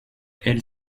elle